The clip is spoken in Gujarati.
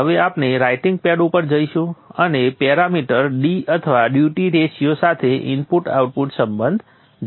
હવે આપણે રાઇટિંગ પેડ ઉપર જઈશું અને સંદર્ભ આપો સમય 1457 પેરામીટર D અથવા ડ્યુટી રેશિયો સાથે ઇનપુટ આઉટપુટ સંબંધ જોઇશું